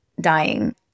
dying